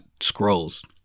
scrolls